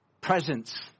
presence